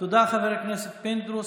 תודה, חבר הכנסת פינדרוס.